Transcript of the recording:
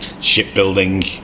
Shipbuilding